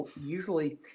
usually